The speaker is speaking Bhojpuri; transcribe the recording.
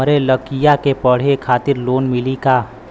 हमरे लयिका के पढ़े खातिर लोन मिलि का?